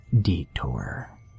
detour